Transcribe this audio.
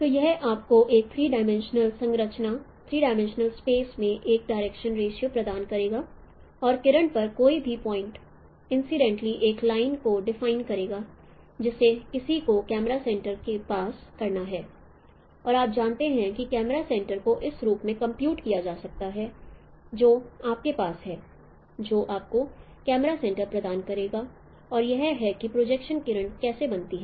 तो यह आपको एक थ्रीडिमिंशनल संरचना थ्रीडिमिंशनल स्पेस में एक डायरेक्शन रेषिओ प्रदान करेगा और किरण पर कोई भी पॉइंट इंसिडेंटली एक लाइन को डिफाइन करेगा जिसे किसी को कैमरा सेंटर में पास करना है और आप जानते हैं कि कैमरा सेंटर को इस रूप में कंप्यूट किया जा सकता है जो आपके पास है जो आपको कैमरा सेंटर प्रदान करेगा और यह है कि प्रोजेक्शन किरण कैसे बनती है